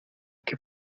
que